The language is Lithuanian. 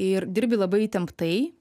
ir dirbi labai įtemptai